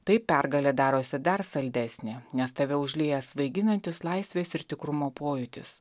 taip pergalė darosi dar saldesnė nes tave užlieja svaiginantis laisvės ir tikrumo pojūtis